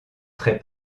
très